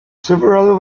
several